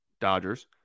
Dodgers